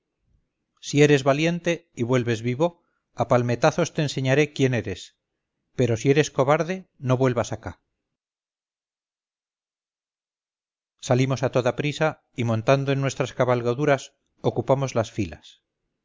si eres valiente y vuelves vivo a palmetazos te enseñaré quién eres pero si eres cobarde no vuelvas acá salimos a toda prisa y montando en nuestras cabalgaduras ocupamos las filas